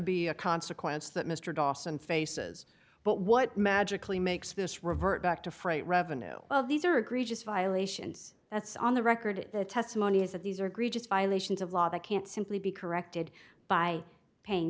be a consequence that mr dawson faces but what magically makes this revert back to freight revenue well these are egregious violations that's on the record the testimony is that these are great just violations of law that can't simply be corrected by paying